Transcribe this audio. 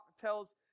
tells